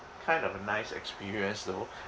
kind of a nice experience though